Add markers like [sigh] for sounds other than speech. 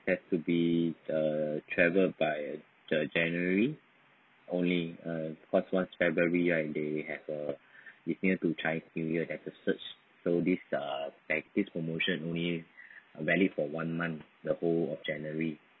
has to be uh traveled by the january only uh cause once february right they have uh it's near to chinese new year there is a surge so this uh [breath] this promotion only valid for one month the whole of january